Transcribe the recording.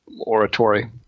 oratory